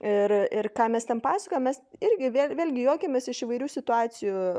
ir ir ką mes ten pasakojam mes irgi vėl vėlgi juokiamės iš įvairių situacijų